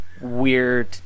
weird